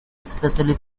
especially